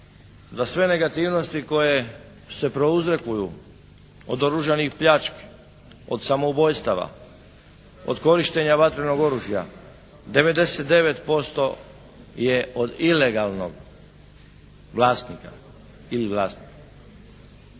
da sve negativnosti koje se prouzrokuju od oružanih praksi, od samoubojstava, od korištenja vatrenog oružja 99% je od ilegalnog vlasnika ili vlasti.